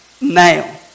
now